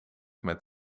met